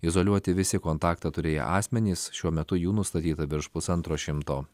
izoliuoti visi kontaktą turėję asmenys šiuo metu jų nustatyta virš pusantro šimto